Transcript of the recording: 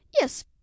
Yes